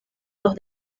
los